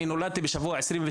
אני נולדתי בשבוע 28